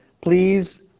Please